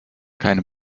keine